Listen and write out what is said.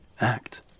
Act